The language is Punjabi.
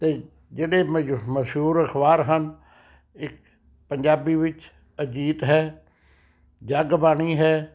ਅਤੇ ਜਿਹੜੇ ਮਜ਼ ਮਸ਼ਹੂਰ ਅਖ਼ਬਾਰ ਹਨ ਇੱਕ ਪੰਜਾਬੀ ਵਿੱਚ ਅਜੀਤ ਹੈ ਜਗ ਬਾਣੀ ਹੈ